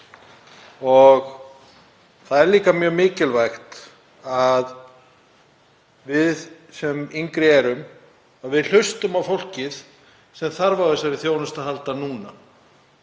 Það er líka mjög mikilvægt að við sem yngri erum hlustum á fólkið sem þarf á þjónustu að halda núna,